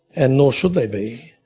and nor should they be.